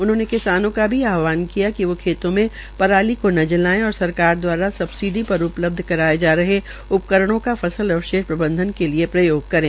उन्होंने किसानों का भी आहवान किया कि वो खेतों में पराली को न जलाये और सरकार द्वारा सबसिडी पर उपलब्ध कराये जा रहे उपकरणों का फसल अवशेष प्रबंधन के लिए प्रयोग करे